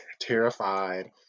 terrified